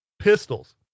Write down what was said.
pistols